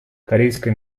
корейская